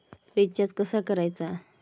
Recharge कसा करायचा?